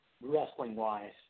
wrestling-wise